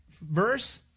Verse